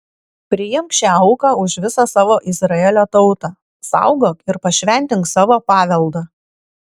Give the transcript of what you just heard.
priimk šią auką už visą savo izraelio tautą saugok ir pašventink savo paveldą